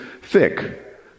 thick